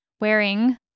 wearing